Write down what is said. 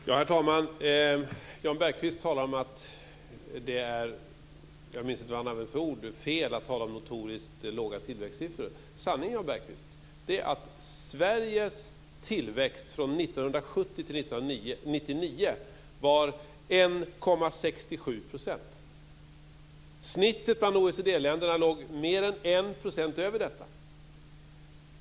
Herr talman! Jan Bergqvist talar om att det är fel att tala om notoriskt låga tillväxtsiffror. Jag minns inte exakt vilka ord han använde. Sanningen, Jan Bergqvist, är att Sveriges tillväxt från 1970 till 1999 1 % över detta.